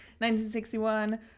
1961